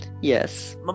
yes